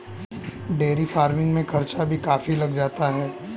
dairy farming में खर्चा भी काफी लग जाता है